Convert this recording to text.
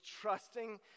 trusting